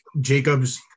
Jacobs